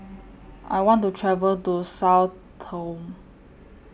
I want to travel to Sao Tome